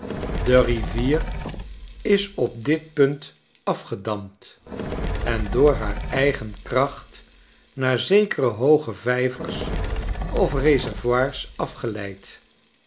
de rivier is op dit punt afgedamd en door haar eigen kracht naar zekere hooge vijvers of reservoirs afgeleid